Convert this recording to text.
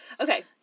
Okay